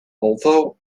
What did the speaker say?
although